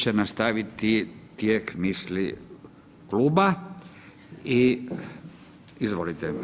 će nastaviti tijek misli kluba i izvolite.